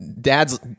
Dad's